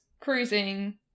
cruising